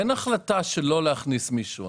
אין החלטה שלא להכניס מישהו.